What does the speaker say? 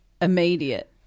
immediate